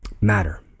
matter